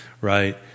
right